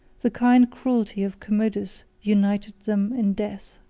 the kind cruelty of commodus united them in death.